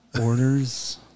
Orders